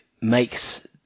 makes